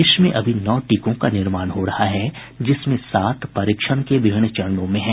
देश में अभी नौ टीकों का निर्माण हो रहा है जिसमें सात परीक्षण के विभिन्न चरणों में हैं